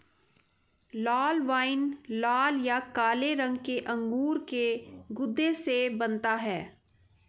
लाल wine लाल या काले रंग के अंगूर के गूदे से बनता है